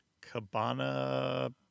Cabana